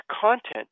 content